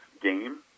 game